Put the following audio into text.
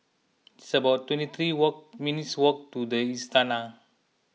it's about twenty three walk minutes' walk to the Istana